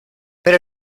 pero